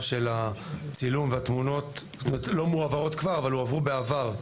של הצילום התמונות לא מועברות כבר אבל הועברו בעבר.